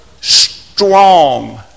strong